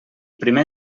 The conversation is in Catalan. primer